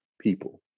people